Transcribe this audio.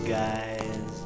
guys